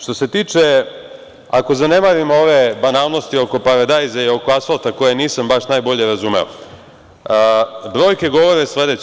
Što se tiče, ako zanemarimo ove banalnosti oko paradajza i oko asfalta koje nisam baš najbolje razumeo, brojke dolaze sledeće.